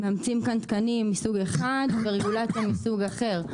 מאמצים כאן תקנים מסוג אחד ורגולציה מסוג אחר.